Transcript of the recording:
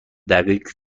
دقیق